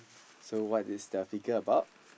so what is the figure about